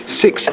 six